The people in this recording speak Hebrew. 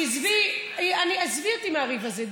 עזבי אותי מהריב הזה,